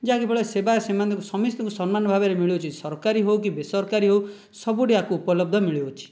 ଯାହାକି ଫଳରେ ସେବା ସେମାନଙ୍କୁ ସମସ୍ତଙ୍କୁ ଭାବରେ ମିଳୁଛି ସରକାରୀ ହେଉ କି ବେସରକାରୀ ହେଉ ସବୁଠି ଆକୁ ଉପଲବ୍ଧ ମିଳୁଅଛି